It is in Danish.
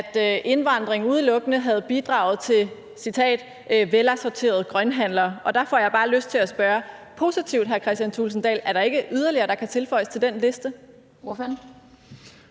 at indvandring udelukkende har bidraget til velassorterede grønthandlere, og der får jeg bare lyst til at spørge hr. Kristian Thulesen Dahl positivt: Er der ikke yderligere, der kan tilføjes til den liste?